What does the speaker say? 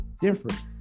different